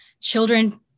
children